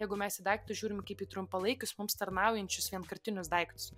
jeigu mes į daiktus žiūrim kaip į trumpalaikius mums tarnaujančius vienkartinius daiktus